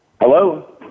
Hello